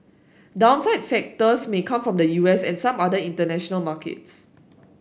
downside factors may come from the U S and some other international markets